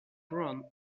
brown